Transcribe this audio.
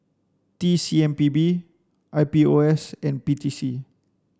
T C M P B I P O S and P T C